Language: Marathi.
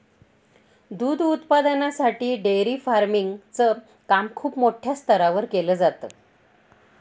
दूध उत्पादनासाठी डेअरी फार्मिंग च काम खूप मोठ्या स्तरावर केल जात